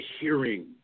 hearing